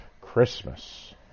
Christmas